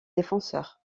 défenseur